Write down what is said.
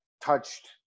touched